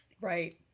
Right